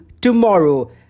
tomorrow